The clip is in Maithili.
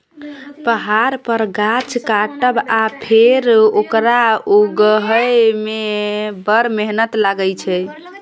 पहाड़ पर गाछ काटब आ फेर ओकरा उगहय मे बड़ मेहनत लागय छै